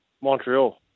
Montreal